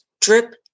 drip